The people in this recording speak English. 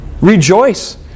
Rejoice